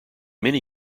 many